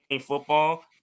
football